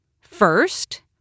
first